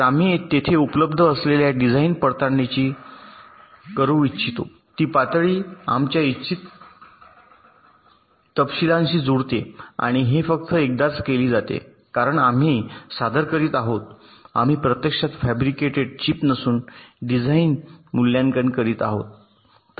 तर आम्ही तेथे उपलब्ध असलेल्या डिझाइनची पडताळणी करू इच्छितो ती पातळी आमच्या इच्छित तपशीलांशी जुळते आणि हे फक्त एकदाच केली जाते कारण आम्ही सादर करीत आहोत आम्ही प्रत्यक्षात फॅब्रिकेटेड चीप नसून डिझाइनचे मूल्यांकन करीत आहोत